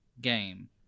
game